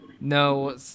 No